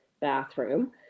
bathroom